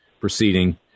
proceeding